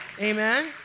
Amen